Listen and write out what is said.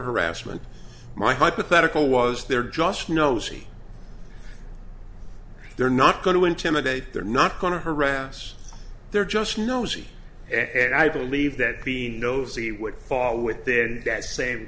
harassment my hypothetical was there just nosy they're not going to intimidate they're not going to harass they're just nosy and i believe that being nosy would fall within that same